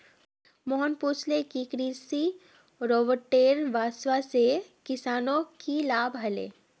मोहन पूछले कि कृषि रोबोटेर वस्वासे किसानक की लाभ ह ले